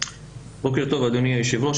בוקר טוב אדוני היו"ר,